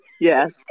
Yes